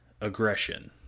aggression